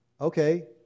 Okay